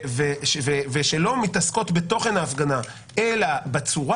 ושלא מתעסקות בתוכן ההפגנה אלא בצורה